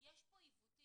יש פה עיוותים,